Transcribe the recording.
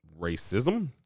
racism